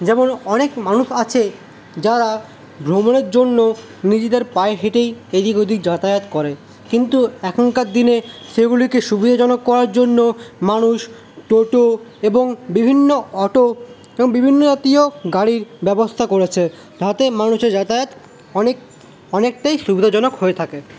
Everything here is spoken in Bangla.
যেমন অনেক মানুষ আছে যারা ভ্রমণের জন্য নিজেদের পায়ে হেঁটেই এদিক ওদিক যাতায়াত করেন কিন্তু এখনকার দিনে সেইগুলিকে সুবিধাজনক করার জন্য মানুষ টোটো এবং বিভিন্ন অটো এবং বিভিন্ন জাতীয় গাড়ির ব্যবস্থা করেছে তাতে মানুষের যাতায়াত অনেক অনেকটাই সুবিধাজনক হয়ে থাকে